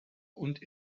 und